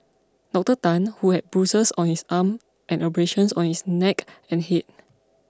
Doctor Tan who had bruises on his arm and abrasions on his neck and head